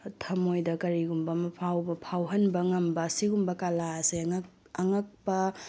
ꯊꯃꯣꯏꯗ ꯀꯔꯤꯒꯨꯝꯕ ꯑꯃ ꯐꯥꯎꯕ ꯐꯥꯎꯍꯟꯕ ꯉꯝꯕ ꯑꯁꯤꯒꯨꯝꯕ ꯀꯂꯥ ꯑꯁꯦ ꯑꯉꯛꯄ